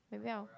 maybe I